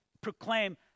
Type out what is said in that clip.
proclaim